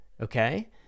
okay